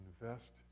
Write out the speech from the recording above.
invest